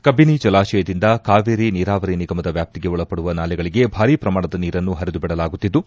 ಕಬಿನಿ ಜಲಾಶಯದಿಂದ ಕಾವೇರಿ ನೀರಾವರಿ ನಿಗಮದ ವ್ಯಾಪ್ತಿಗೆ ಒಳಪಡುವ ನಾಲೆಗಳಿಗೆ ಭಾರಿ ಪ್ರಮಾಣದ ನೀರನ್ನು ಹರಿದು ಬಿಡಲಾಗುತ್ತಿದ್ದು